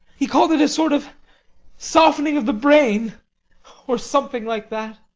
he called it a sort of softening of the brain or something like that.